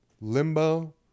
limbo